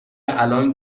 الان